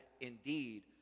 indeed